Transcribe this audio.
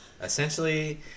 Essentially